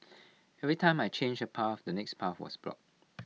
every time I changed A path the next path was block